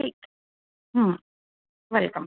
ঠিক hmm welcome